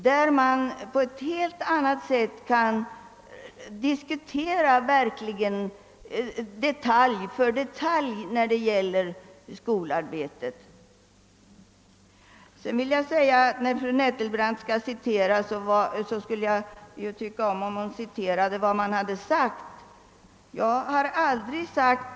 Där kan man på ett helt annat sätt diskutera detalj för detalj när det gäller skolarbetet. När fru Nettelbrandt nu citerar mig så skulle jag vara tacksam om hon återgav vad jag verkligen har sagt.